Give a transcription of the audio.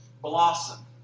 blossom